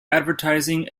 advertising